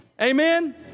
Amen